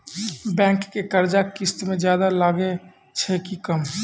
Bank के कर्जा किस्त मे ज्यादा लागै छै कि कम?